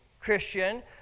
Christian